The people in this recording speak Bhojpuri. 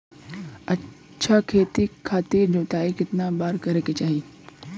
अच्छा खेती खातिर जोताई कितना बार करे के चाही?